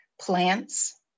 plants